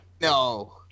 No